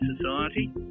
society